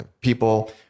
People